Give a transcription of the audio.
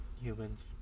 humans